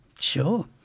Sure